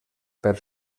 per